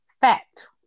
Fact